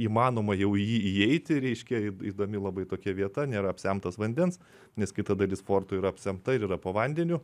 įmanoma jau į jį įeiti reiškia įdomi labai tokia vieta nėra apsemtas vandens nes kita dalis forto yra apsemta ir yra po vandeniu